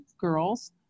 girls